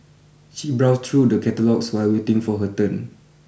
she browsed through the catalogues while waiting for her turn